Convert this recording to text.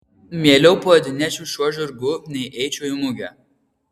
mieliau pajodinėčiau šiuo žirgu nei eičiau į mugę